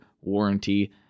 warranty